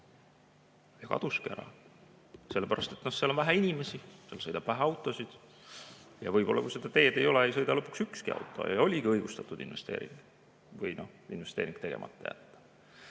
Ja kaduski ära! Sellepärast et seal on vähe inimesi, seal sõidab vähe autosid ja võib-olla, kui seda teed ei ole, ei sõida lõpuks ükski auto. Ja oligi õigustatud investeering tegemata jätta!